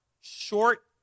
short